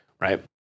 right